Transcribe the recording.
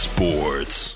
Sports